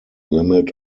limit